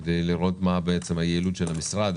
כדי לראות מהי בעצם היעילות של המשרד,